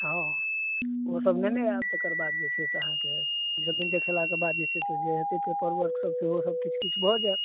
हँ ओ सब लेने आयब तकर बाद जे छै से अहाँके जमीन देखेलाके बाद जे छै से जे हेतय पेपर वर्क सब सेहो सब किछु किछु भए जायत